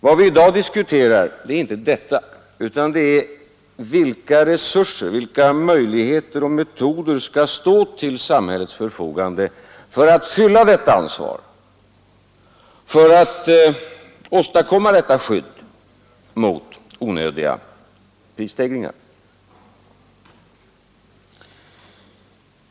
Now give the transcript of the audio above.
Vad vi i dag diskuterar är inte detta, utan det är vilka resurser, vilka möjligheter och metoder som skall stå till samhällets förfogande för att fylla detta ansvar och för att åstadkomma detta skydd mot onödiga prisstegringar.